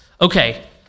Okay